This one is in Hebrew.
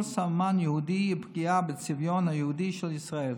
סממן יהודי ופגיעה בצביון היהודי של ישראל.